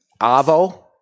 Avo